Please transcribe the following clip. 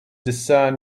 discern